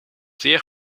zeer